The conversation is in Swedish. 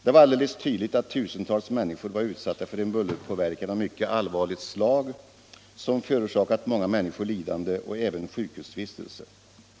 Det var alldeles tydligt att tusentals människor var utsatta för en bullerpåverkan av mycket allvarligt slag som förorsakat många människor lidande och även sjuk Bromma flygplats Bromma flygplats husvistelse.